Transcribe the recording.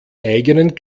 eigenen